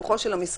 בפיקוח של המשרד,